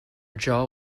jaw